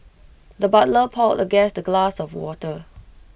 the butler poured the guest A glass of water